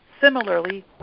Similarly